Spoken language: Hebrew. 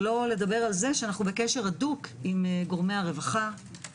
שלא לדבר על זה שאנו בקשר הדוק עם גורמי הרווחה,